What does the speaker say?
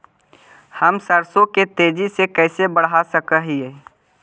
हम सरसों के तेजी से कैसे बढ़ा सक हिय?